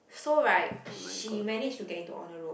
so right she manage to get into honour roll